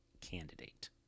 candidate